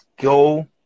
go